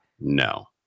No